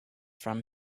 from